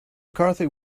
mccarthy